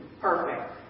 Perfect